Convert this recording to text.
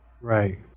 Right